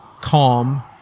calm